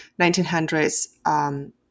1900s